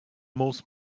most